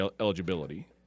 eligibility